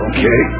Okay